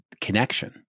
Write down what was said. connection